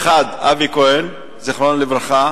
האחד, אבי כהן, זיכרונו לברכה.